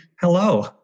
Hello